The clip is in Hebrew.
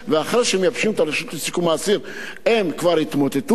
ואחרי שמייבשים את הרשות לשיקום האסיר הם כבר התמוטטו,